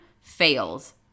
fails